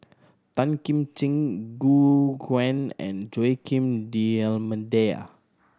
Tan Kim Ching Gu Juan and Joaquim D'Almeida